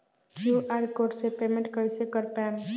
QR code से payment कईसे कर पाएम?